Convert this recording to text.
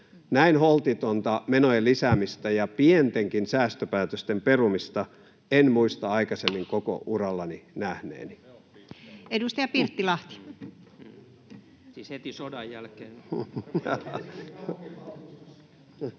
Näin holtitonta menojen lisäämistä ja pientenkin säästöpäätösten perumista en muista aikaisemmin koko urallani nähneeni. [Sinuhe